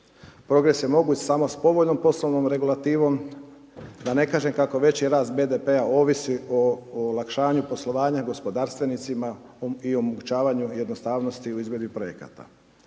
Progres se mogu ići sa povoljnom poslovnom regulativom da ne kažem kako veći rast BDP-a ovisi o olakšanju poslovanja gospodarstvenicima i omogućavanju jednostavnosti u izvedbi projekata.